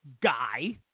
guy